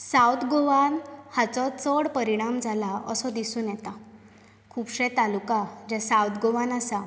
south गोवान हाचो चड परिणाम जाला असो दिसून येता खुबशे तालुका जे सावथ गोवान आसात